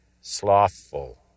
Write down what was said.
slothful